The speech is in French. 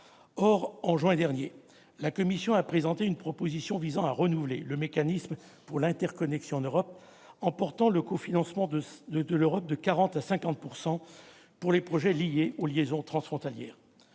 en juin dernier, une proposition visant à renouveler le mécanisme pour l'interconnexion en Europe, le MIE, en portant le cofinancement de l'Europe de 40 % à 50 % pour les projets liés aux liaisons transfrontalières.